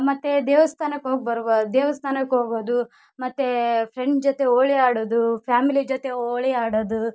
ಮತ್ತು ದೇವಸ್ಥಾನಕ್ಕೆ ಹೋಗಿ ಬರುವ ದೇವಸ್ಥಾನಕ್ಕೆ ಹೋಗೋದು ಮತ್ತು ಫ್ರೆಂಡ್ ಜೊತೆ ಹೋಳಿ ಆಡೋದು ಫ್ಯಾಮಿಲಿ ಜೊತೆ ಹೋಳಿ ಆಡೋದು